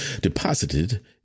deposited